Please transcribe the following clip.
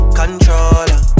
controller